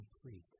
complete